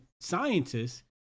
scientists